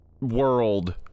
world